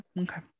Okay